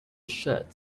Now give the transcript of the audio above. shirt